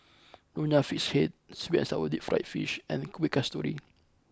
Nonya Fish Head Sweet and Sour Deep Fried Fish and Kueh Kasturi